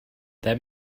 that